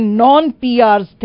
non-PRs